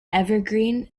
evergreen